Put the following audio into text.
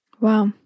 Wow